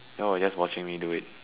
you all were just watching me do it